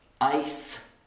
ice